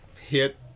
hit